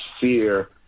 fear